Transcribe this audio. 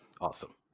awesome